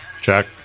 check